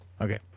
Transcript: Okay